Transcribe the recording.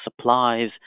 supplies